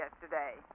yesterday